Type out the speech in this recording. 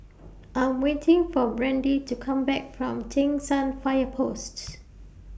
I'm waiting For Brandi to Come Back from Cheng San Fire Posts